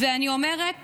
ואני אומרת